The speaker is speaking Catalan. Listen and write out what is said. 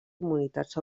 comunitats